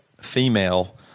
female